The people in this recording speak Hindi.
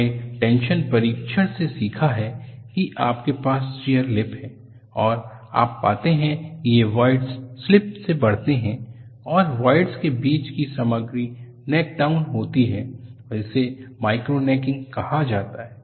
हमने टेंशन परीक्षण से सीखा है कि आपके पास शियर लिप हैं और आप पाते हैं कि ये वॉइडस स्लिप से बढ़ते हैं और वॉड्स के बीच की सामग्री नेक डाउन होती है इसे माइक्रो नेकींग कहा जाता है